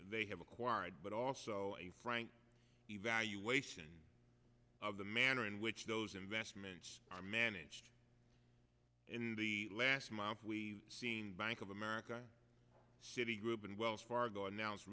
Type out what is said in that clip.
they have acquired but also a frank evaluation of the manner in which those investments are managed in the last month we seen bank of america citi group and wells fargo announce